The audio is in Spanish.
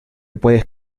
puedes